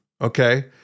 Okay